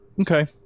Okay